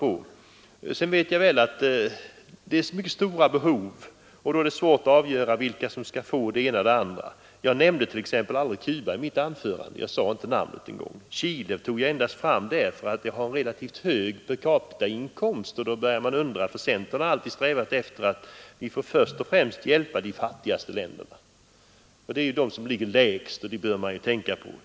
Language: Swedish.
Vidare vet jag mycket väl att det föreligger mycket stora behov och att det då är svårt att avgöra vilka som skall få stöd. Jag nämnde t.ex. aldrig Cuba i mitt anförande. Chile tog jag fram endast därför att detta land har en relativt hög per capita-inkomst, vilket gör att man börjar ställa sig frågor. Centern har nämligen alltid strävat efter att vi först och främst skall hjälpa de fattigaste länderna. Det är de som har den lägsta standarden, och det bör vi ta hänsyn till.